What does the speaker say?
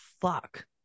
fuck